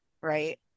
right